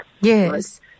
Yes